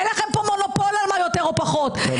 אין לכם פה מונופול על מה יותר או פחות -- טלי,